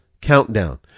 countdown